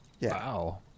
Wow